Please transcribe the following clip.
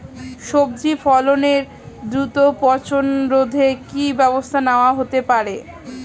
সবজি ফসলের দ্রুত পচন রোধে কি ব্যবস্থা নেয়া হতে পারে?